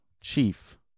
Chief